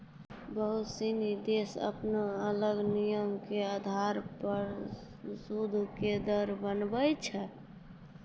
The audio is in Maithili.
बहुते सिनी देश अपनो अलग नियमो के अधार पे सूद के दर बनाबै छै